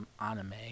anime